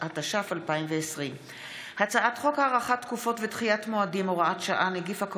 בשל: 11 1. מניעת הממשלה לבדוק את פרשת השחיתות